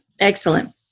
excellent